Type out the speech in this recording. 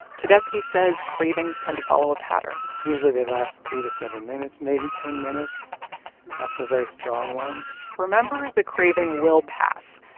tedeschi says cravings tend to follow a pattern usually, they last three to seven minutes, maybe ten minutes for very strong ones remember the craving will pass.